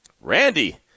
Randy